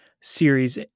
series